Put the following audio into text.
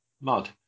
Mud